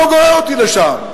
מה הוא גורר אותי לשם?